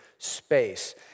Space